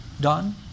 done